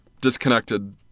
disconnected